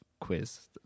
quiz